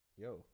Yo